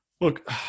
Look